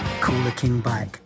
CoolerKingBike